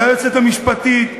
ליועצת המשפטית,